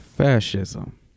Fascism